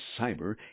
Cyber